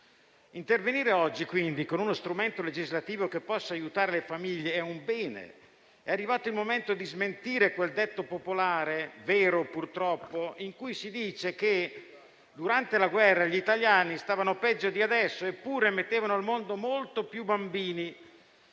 Intervenire oggi, quindi, con uno strumento legislativo che possa aiutare le famiglie è un bene. È arrivato il momento di smentire quel detto popolare, vero purtroppo, in cui si dice che durante la guerra gli italiani stavano peggio di adesso eppure mettevano al mondo molti più bambini.